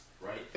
right